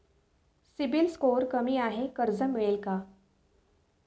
CIBIL score कमी आहे कर्ज मिळेल का?